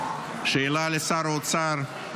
שאלה לשר האוצר: